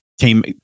Came